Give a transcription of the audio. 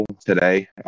today